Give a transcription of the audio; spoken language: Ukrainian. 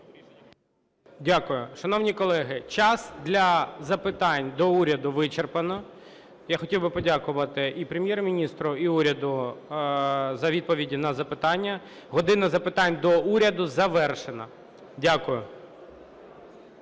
Дякую. Шановні колеги, час для запитань до уряду вичерпано. Я хотів би подякувати і Прем'єр-міністру і уряду за відповіді на запитання. "Година запитань до Уряду" завершена. Дякую.